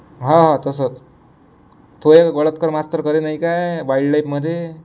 हा हा तसंच तो एक गळतकर मास्तर करेल नाही काय वाईल्ड लाईफमध्ये